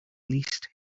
least